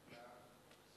זה